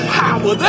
power